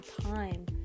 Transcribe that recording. time